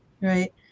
right